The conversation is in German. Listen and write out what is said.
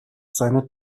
seine